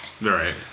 Right